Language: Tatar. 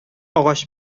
агач